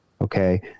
okay